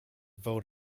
vote